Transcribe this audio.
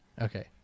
Okay